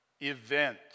event